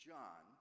John